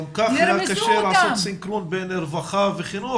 גם ככה קשה לעשות סנכרון בין רווחה וחינוך,